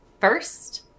first